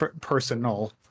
personal